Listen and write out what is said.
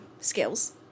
skills